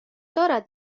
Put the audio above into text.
دارد